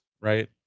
right